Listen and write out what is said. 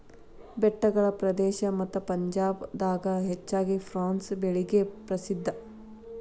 ಬೆಟ್ಟಗಳ ಪ್ರದೇಶ ಮತ್ತ ಪಂಜಾಬ್ ದಾಗ ಹೆಚ್ಚಾಗಿ ಪ್ರುನ್ಸ್ ಬೆಳಿಗೆ ಪ್ರಸಿದ್ಧಾ